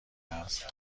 است